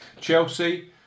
Chelsea